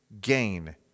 gain